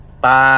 bye